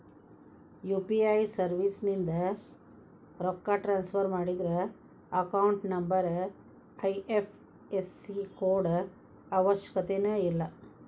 UPI ಸರ್ವಿಸ್ಯಿಂದ ರೊಕ್ಕ transfer ಮಾಡಿದ್ರ ಅಕೌಂಟ್ ನಂಬರ್ ಐ.ಎಫ್.ಎಸ್.ಸಿ ಕೋಡ್ ಅವಶ್ಯಕತೆನ ಇಲ್ಲ